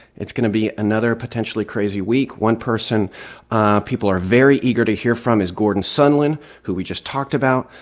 it's going to be another potentially crazy week. one person people are very eager to hear from his gordon sondland, who we just talked about.